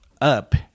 up